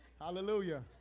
Hallelujah